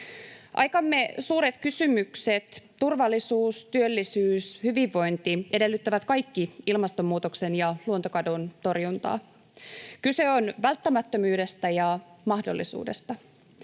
Aikamme suuret kysymykset — turvallisuus, työllisyys, hyvinvointi — edellyttävät kaikki ilmastonmuutoksen ja luontokadon torjuntaa. Kyse on välttämättömyydestä ja mahdollisuudesta.